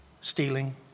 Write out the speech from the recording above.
stealing